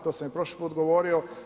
To sam i prošli put govorio.